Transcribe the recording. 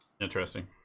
Interesting